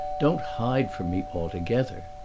don't hide from me altogether.